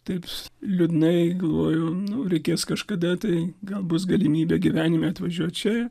taip liūdnai galvoju nu reikės kažkada tai gal bus galimybė gyvenime atvažiuot čia